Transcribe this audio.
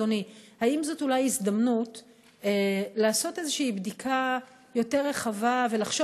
אדוני: אולי זאת הזדמנות לעשות בדיקה יותר רחבה ולחשוב